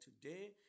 today